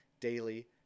Daily